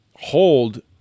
hold